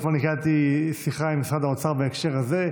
אתמול קיימתי שיחה עם משרד האוצר בהקשר הזה.